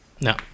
No